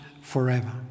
forever